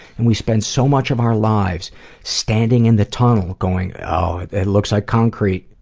and we spend so much of our lives standing in the tunnel, going that looks like concrete.